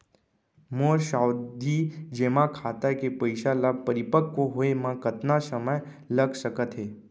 मोर सावधि जेमा खाता के पइसा ल परिपक्व होये म कतना समय लग सकत हे?